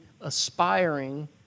aspiring